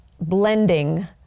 blending